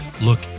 Look